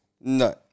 No